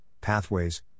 pathways